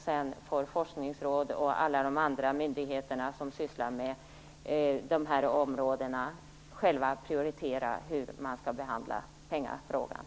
Sedan får forskningsråd och alla andra myndigheter som sysslar med dessa områden själva prioritera hur de skall använda sina pengar.